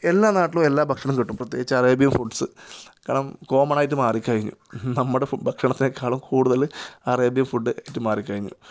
എല്ലാ നാട്ടിലും എല്ലാ ഭക്ഷണം കിട്ടും പ്രത്യേകിച്ച് അറേബ്യന് ഫുഡ്സ് കാരണം കോമണായിട്ട് മാറി കഴിഞ്ഞു നമ്മുടെ ഫു ഭക്ഷണത്തേക്കാളും കൂടുതൽ അറേബ്യന് ഫുഡ് ആയിട്ട് മാറി കഴിഞ്ഞു